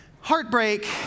Heartbreak